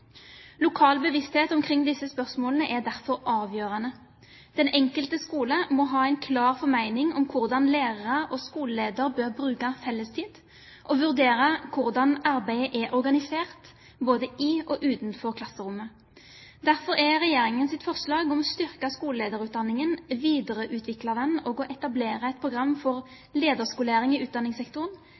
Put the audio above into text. Lokal bevissthet omkring disse spørsmålene er derfor avgjørende. Den enkelte skole må ha en klar formening om hvordan lærere og skoleleder bør bruke felles tid, og vurdere hvordan arbeidet er organisert, både i og utenfor klasserommet. Derfor er regjeringens forslag om å styrke skolelederutdanningen, videreutvikle den og etablere et program for lederskolering i utdanningssektoren